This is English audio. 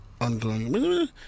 ongoing